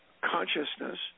consciousness